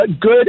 good